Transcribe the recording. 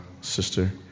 Sister